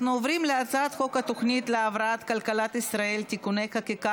אנחנו עוברים להצעת חוק התוכנית להבראת כלכלת ישראל (תיקוני חקיקה